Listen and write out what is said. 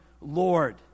Lord